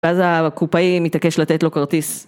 ואז הקופאי מתעקש לתת לו כרטיס